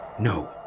No